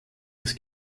das